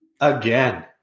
again